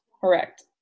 Correct